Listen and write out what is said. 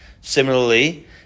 Similarly